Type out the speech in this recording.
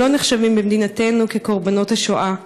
לא נחשבים במדינתנו כקורבנות השואה.